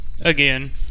Again